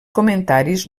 comentaris